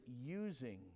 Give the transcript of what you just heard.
using